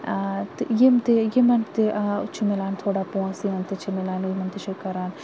آ تہٕ یِم تہِ یِمَن تہِ چھُ مِلان تھوڑا پونٛسہٕ یِمَن تہِ چھُ مِلان یِمَن تہِ چھُ کَران